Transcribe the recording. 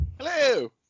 hello